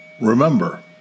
Remember